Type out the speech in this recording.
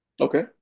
okay